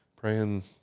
praying